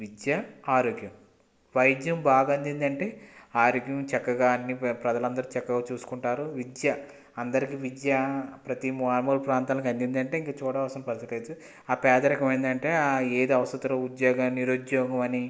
విద్య ఆరోగ్యం వైద్యం బాగా అందిందంటే ఆరోగ్యం చక్కగా అన్ని ప్రజలందరు చక్కగా చూసుకుంటారు విద్య అందరికీ విద్య ప్రతి మారుమూల ప్రాంతాలకి అందిందంటే ఇంక చూడవలసిన పరిస్థితి అయితే ఆ పేదరికం ఏంటంటే ఏది అవసరం ఉద్యోగం నిరుద్యోగమని